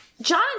John